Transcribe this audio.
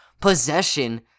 possession